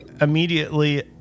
immediately